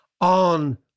on